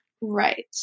Right